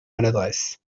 maladresse